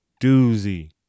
doozy